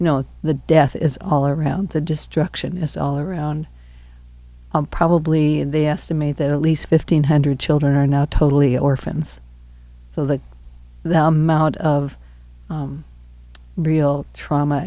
you know the death is all around the destruction is all around probably they estimate that at least fifteen hundred children are now totally orphans so the mouth of real trauma